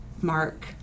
mark